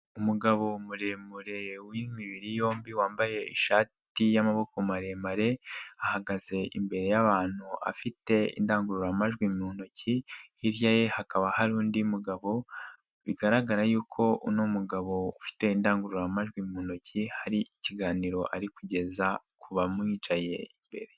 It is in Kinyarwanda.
Umugabo muremure w'imibiri yombi wambaye ishati y'amaboko maremare, ahagaze imbere y'abantu afite indangururamajwi mu intoki, hirya ye hakaba hari undi mugabo, bigaragara yuko uyu mugabo ufite indangururamajwi mu intoki, hari ikiganiro ari kugeza ku bicaye imbere.